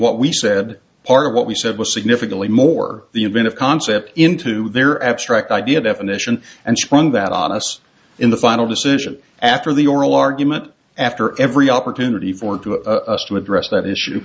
what we said part of what we said was significantly more the advent of concepts into their abstract idea definition and sprung that ottis in the final decision after the oral argument after every opportunity for us to address that issue